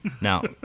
Now